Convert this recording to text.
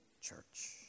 church